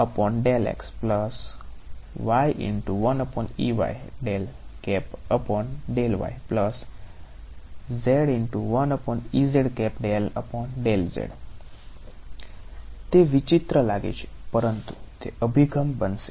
તે વિચિત્ર લાગે છે પરંતુ તે અભિગમ બનશે